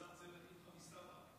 פעם היה לשר צוות איפכא מסתברא.